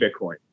Bitcoin